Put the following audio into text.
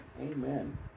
Amen